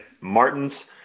Martin's